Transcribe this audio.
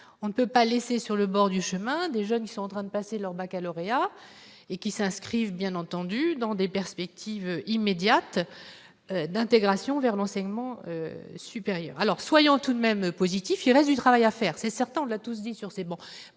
on ne peut pas laisser sur le bord du chemin des jeunes sont en train de passer leur Baccalauréat et qui s'inscrivent bien entendu dans des perspectives immédiates d'intégration vers l'enseignement supérieur, alors soyons tout de même positif il y du travail à faire, c'est certain, on l'a tous dit sur ces bons,